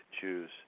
choose